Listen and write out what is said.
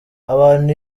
abantu